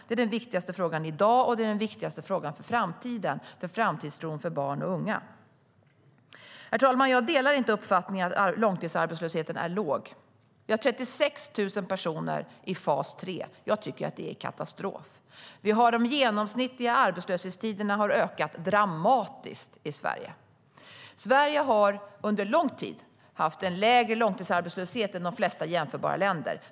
Det är den viktigaste frågan i dag, och det är den viktigaste frågan för framtiden och för framtidstron för barn och unga. Herr talman! Jag delar inte uppfattningen att långtidsarbetslösheten är låg. Vi har 36 000 personer i fas 3. Det är katastrof. De genomsnittliga arbetslöshetstiderna har ökat dramatiskt i Sverige. Sverige har under lång tid haft lägre långtidsarbetslöshet än de flesta jämförbara länder.